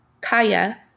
Kaya